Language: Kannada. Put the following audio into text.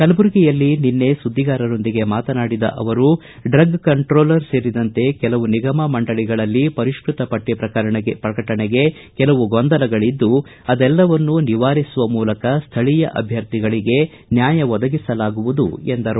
ಕಲಬುರಗಿಯಲ್ಲಿ ನಿನ್ನೆ ಸುದ್ದಿಗಾರರೊಂದಿಗೆ ಮಾತನಾಡಿದ ಅವರು ಡ್ರಗ್ ಕಂಟ್ರೋಲರ್ ಸೇರಿದಂತೆ ಕೆಲವು ನಿಗಮ ಮಂಡಳಗಳಲ್ಲಿ ಪರಿಷ್ಟತ ಪಟ್ಟ ಪ್ರಕಟಣೆಗೆ ಕೆಲವು ಗೊಂದಲಗಳದ್ದು ಅದೆಲ್ಲವನ್ನು ನಿವಾರಿಸುವ ಮೂಲಕ ಸ್ಥಳೀಯ ಅಭ್ಯರ್ಥಿಗಳಿಗೆ ನ್ಯಾಯ ಒದಗಿಸಲಾಗುವುದು ಎಂದರು